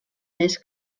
més